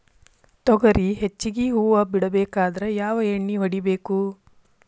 ತೊಗರಿ ಹೆಚ್ಚಿಗಿ ಹೂವ ಬಿಡಬೇಕಾದ್ರ ಯಾವ ಎಣ್ಣಿ ಹೊಡಿಬೇಕು?